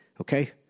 Okay